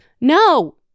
No